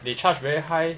they charge very high